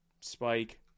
spike